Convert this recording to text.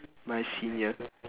my senior